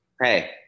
hey